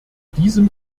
diesem